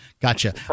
Gotcha